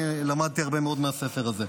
אני למדתי הרבה מאוד מהספר הזה.